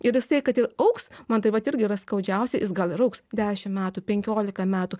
ir jisai kad ir augs man taip pat irgi yra skaudžiausia jis gal ir augs dešimt metų penkiolika metų